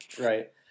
Right